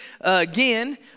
again